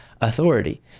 authority